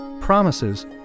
Promises